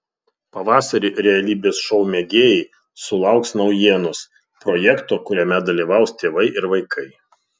pavasarį realybės šou mėgėjai sulauks naujienos projekto kuriame dalyvaus tėvai ir vaikai